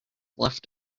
left